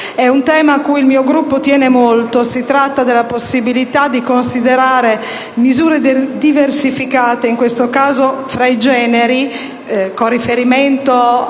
E[]un tema a cui il mio Gruppo tiene molto. Si tratta della possibilita di considerare misure diversificate, in questo caso tra i generi, con riferimento